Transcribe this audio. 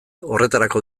horretarako